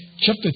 chapter